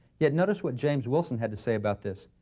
yet, notice what james wilson had to say about this.